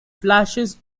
flashes